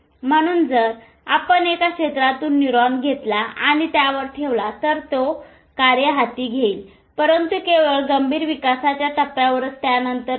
म्हणून जर आपण एका क्षेत्रातून न्यूरॉन घेतला आणि त्यावर ठेवला तर तो ते कार्य हाती घेईल परंतु केवळ गंभीर विकासाच्या टप्प्यावरच त्यानंतर नाही